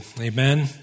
Amen